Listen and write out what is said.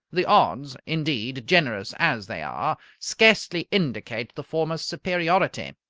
the odds, indeed, generous as they are, scarcely indicate the former's superiority.